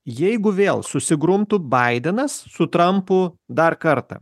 jeigu vėl susigrumtų baidenas su trampu dar kartą